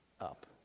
Up